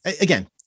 Again